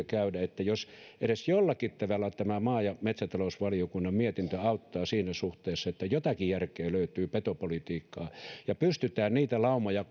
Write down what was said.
käydä että edes jollakin tavalla tämä maa ja metsätalousvaliokunnan mietintö auttaa siinä suhteessa että jotakin järkeä löytyy petopolitiikkaan ja pystytään poistamaan kokonaisuudessaan niitä laumoja